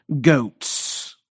goats